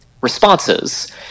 responses